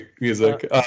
music